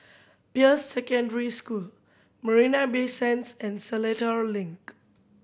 Peirce Secondary School Marina Bay Sands and Seletar Link